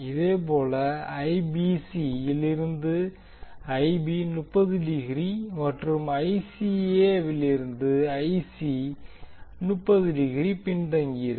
இதேபோல் ஐபிசி யிலிருந்து IB 30 degree மற்றும் ஐசிஏ விலிருந்து ஐசி 30 டிகிரி பின்தங்கியிருக்கும்